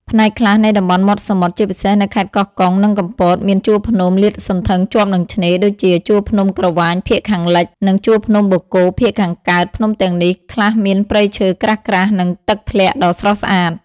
ផ្នែកខ្លះនៃតំបន់មាត់សមុទ្រ ជាពិសេសនៅខេត្តកោះកុង និងកំពត មាន ជួរភ្នំ លាតសន្ធឹងជាប់នឹងឆ្នេរ ដូចជាជួរភ្នំក្រវាញភាគខាងលិច និងជួរភ្នំបូកគោភាគខាងកើត ភ្នំទាំងនេះខ្លះមានព្រៃឈើក្រាស់ៗ និងទឹកធ្លាក់ដ៏ស្រស់ស្អាត។